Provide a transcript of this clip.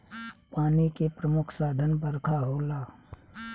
पानी के प्रमुख साधन बरखा होला